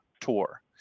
tour